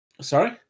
Sorry